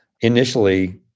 initially